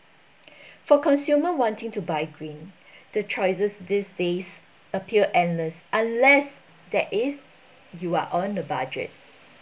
for consumer wanting to buy green the choices these days appeared endless unless that is you are on a budget